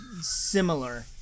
similar